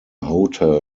hotel